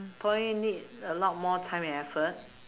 probably need a lot more time and effort